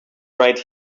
right